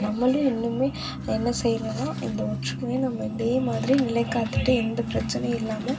நம்மளும் இன்னும் என்ன செய்யணுன்னா இந்த ஒற்றுமையை நம்ம இதே மாதிரி நிலை காத்துகிட்டு எந்த பிரச்சனை இல்லாமல்